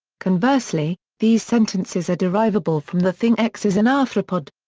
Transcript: conversely, these sentences are derivable from the thing x is an arthropod.